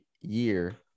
year